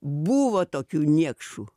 buvo tokių niekšų